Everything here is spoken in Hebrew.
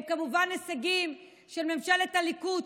הם כמובן הישגים של ממשלת הליכוד,